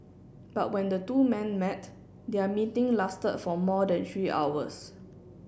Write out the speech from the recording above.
but when the two men met their meeting lasted for more than three hours